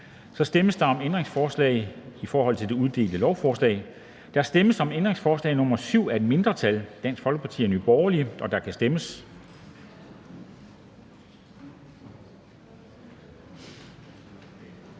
Så stemmes der om ændringsforslag til det udelte lovforslag. Der stemmes om ændringsforslag nr. 7, af et mindretal (DF og NB), og der kan stemmes.